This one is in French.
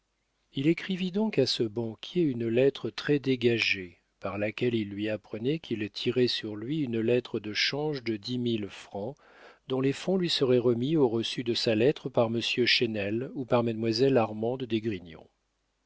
il écrivit donc à ce banquier une lettre très dégagée par laquelle il lui apprenait qu'il tirait sur lui une lettre de change de dix mille francs dont les fonds lui seraient remis au reçu de sa lettre par monsieur chesnel ou par mademoiselle armande d'esgrignon